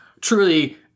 truly